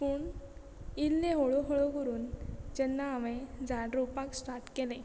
पूण इल्लें हळू हळू करून जेन्ना हांवें झाड रोवपाक स्टार्ट केलें